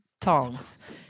Tongs